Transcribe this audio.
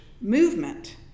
movement